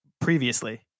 previously